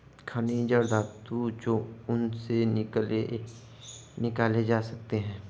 खनिज और धातु जो उनसे निकाले जा सकते हैं